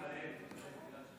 הוא הלך להתפלל.